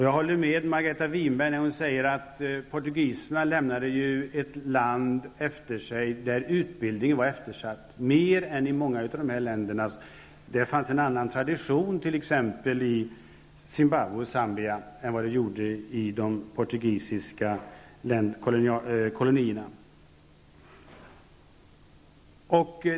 Jag håller med Margareta Winberg när hon säger att portugiserna lämnade efter sig ett land där utbildningen var eftersatt. I t.ex. Zambia och Zimbabwe fanns det en annan tradition än i de portugisiska kolonierna.